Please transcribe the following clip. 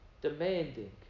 Demanding